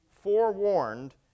forewarned